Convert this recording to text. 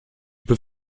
peux